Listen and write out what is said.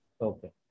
Okay